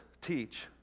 teach